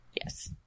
Yes